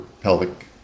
pelvic